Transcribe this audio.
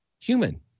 human